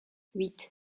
huit